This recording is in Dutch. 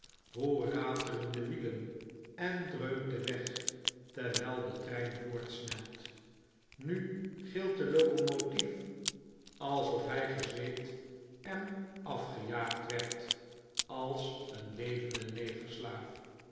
hoe ratelen de wielen en dreunt de weg r terwijl de trein voortshelt nu gilt de locomotief alsof hij gezweept en afgejaagd werd als een levende negerslaaf